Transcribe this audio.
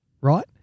right